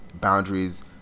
boundaries